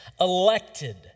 elected